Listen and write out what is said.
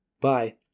Bye